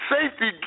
Safety